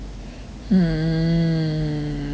mm